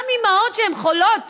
גם אימהות שהן חולות